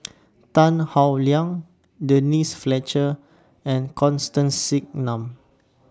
Tan Howe Liang Denise Fletcher and Constance Singam